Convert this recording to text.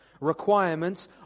Requirements